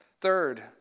Third